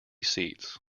seats